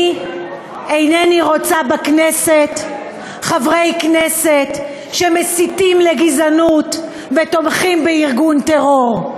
אני אינני רוצה בכנסת חברי כנסת שמסיתים לגזענות ותומכים בארגון טרור.